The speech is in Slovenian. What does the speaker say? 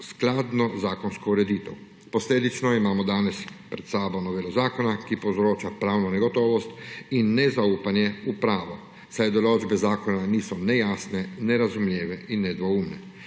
skladno zakonsko ureditev. Posledično imamo danes pred seboj novelo zakona, ki povzroča pravno negotovost in nezaupanje v pravo, saj določbe zakona niso ne jasne, ne razumljive in ne nedvoumne.